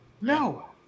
No